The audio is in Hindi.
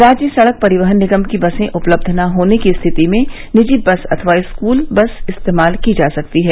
राज्य सड़क परिवहन निगम की बसें उपलब्ध न होने की स्थिति में निजी बस अथवा स्कूल बस इस्तेमाल की जा सकती हैं